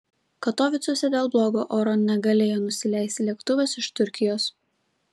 katovicuose dėl blogo oro negalėjo nusileisti lėktuvas iš turkijos